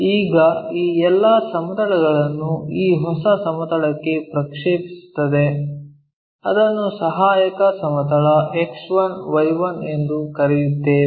ಈಗ ಈ ಎಲ್ಲಾ ಸಮತಲಗಳನ್ನು ಈ ಹೊಸ ಸಮತಲಕ್ಕೆ ಪ್ರಕ್ಷೇಪಿಸುತ್ತದೆ ಅದನ್ನು ಸಹಾಯಕ ಸಮತಲ X1 Y1 ಎಂದು ಕರೆಯುತ್ತೇವೆ